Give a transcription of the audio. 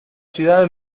ciudad